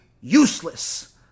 useless